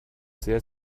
sehr